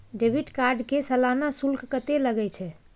Debit card के सालाना शुल्क कत्ते लगे छै?